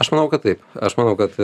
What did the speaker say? aš manau kad taip aš manau kad